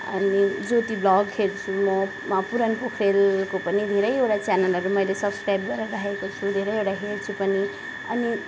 अनि ज्योति भ्लग हेर्छु म पुरन पोख्रेलको पनि धेरैवटा च्यानलहरू मैले सब्सक्राइब गरेर राखेको छु धेरैवटा हेर्छु पनि अनि